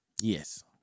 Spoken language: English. Yes